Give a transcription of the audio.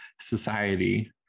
society